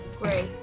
Great